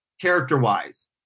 character-wise